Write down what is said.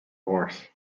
horse